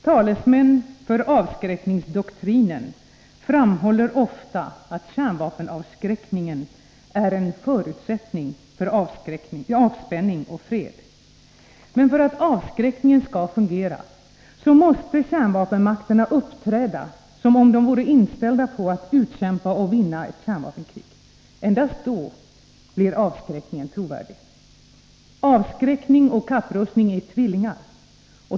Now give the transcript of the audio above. Talesmän för avskräckningsdoktrinen framhåller ofta att kärnvapenavskräckningen är en förutsättning för avspänning och fred. Men för att avskräckningen skall fungera, måste kärnvapenmakterna uppträda som om de vore inställda på att utkämpa och vinna ett kärnvapenkrig. Endast då blir avskräckningen trovärdig. Avskräckning och kapprustning är tvillingar.